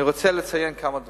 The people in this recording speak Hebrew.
אני רוצה לציין כמה דברים.